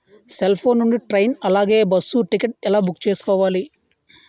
Cell phone నుండి train అలాగే bus ticket ఎలా బుక్ చేసుకోవాలి?